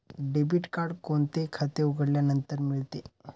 Debit card कोणते खाते उघडल्यानंतर मिळते?